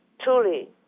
truly